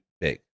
big